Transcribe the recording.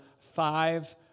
five